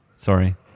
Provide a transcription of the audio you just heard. sorry